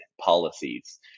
policies